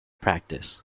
practice